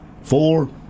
four